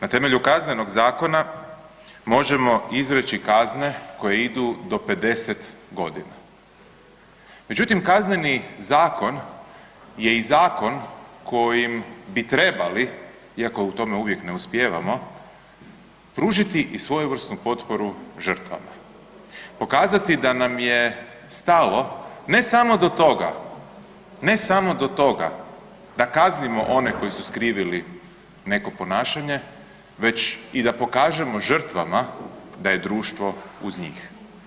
Na temelju Kaznenog zakona možemo izreći kazne koje idu do 50 godina, međutim Kazneni zakon je i zakon kojim bi trebali iako u tome uvijek ne uspijevamo, pružiti i svojevrsnu potporu žrtvama, pokazati da nam je stalo ne samo do toga, ne samo do toga da kaznimo one koji su skrivili neko ponašanje, već i da pokažemo žrtvama da je društvo uz njih.